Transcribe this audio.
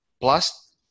plus